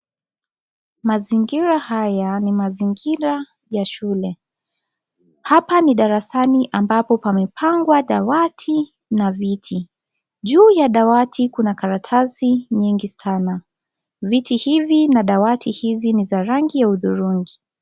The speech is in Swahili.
Mazingira haya ni mazingira ya shule. Hapa ni darasani ambapo pamepangwa madawati na viti. Juu ya dawati kuna karatasi nyingi sana. Viti hivi na dawati hizi ni za rangi ya hudhurungi.